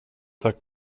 tack